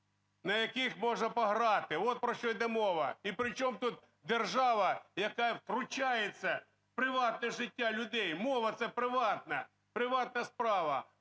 на яких можна пограти, от про що йде мова. І причому тут держава, яка втручається в приватне життя людей? Мова – це приватна, приватна